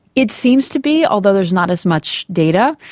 it seems to be, although there's not as much data.